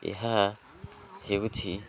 ଏହା ହେଉଛି